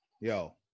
yo